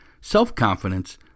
self-confidence